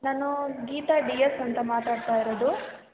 ನಾನು Geetha D S ಅಂತ ಮಾತಾಡ್ತಾ ಇರೋದು